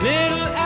Little